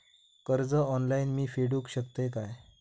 कर्ज ऑनलाइन मी फेडूक शकतय काय?